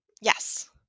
yes